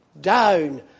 down